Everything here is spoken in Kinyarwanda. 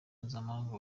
mpuzamahanga